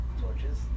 Torches